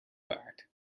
baard